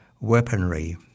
weaponry